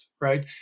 right